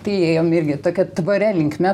tai įėjom irgi tokia tvaria linkme